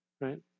right